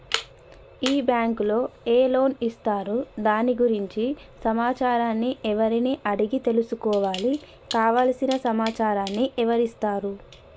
ఈ బ్యాంకులో ఏ లోన్స్ ఇస్తారు దాని గురించి సమాచారాన్ని ఎవరిని అడిగి తెలుసుకోవాలి? కావలసిన సమాచారాన్ని ఎవరిస్తారు?